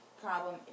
problem